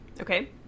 Okay